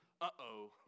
uh-oh